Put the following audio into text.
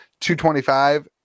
$225